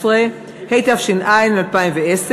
15), התש"ע 2010,